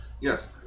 yes